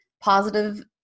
positive